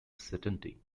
certainty